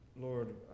Lord